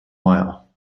oil